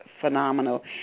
phenomenal